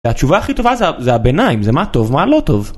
התשובה הכי טובה זה הביניים, זה זה מה טוב מה לא טוב